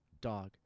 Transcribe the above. Dog